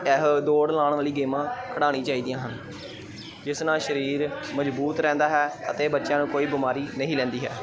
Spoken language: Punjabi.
ਇਹੋ ਦੌੜ ਲਾਉਣ ਵਾਲੀ ਗੇਮਾਂ ਖਿਡਾਉਣੀ ਚਾਹੀਦੀਆਂ ਹਨ ਜਿਸ ਨਾਲ ਸਰੀਰ ਮਜ਼ਬੂਤ ਰਹਿੰਦਾ ਹੈ ਅਤੇ ਬੱਚਿਆਂ ਨੂੰ ਕੋਈ ਬਿਮਾਰੀ ਨਹੀਂ ਰਹਿੰਦੀ ਹੈ